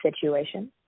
situation